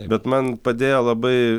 bet man padėjo labai